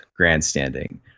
grandstanding